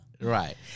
right